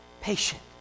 patient